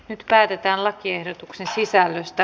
nyt päätetään lakiehdotuksen sisällöstä